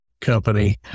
company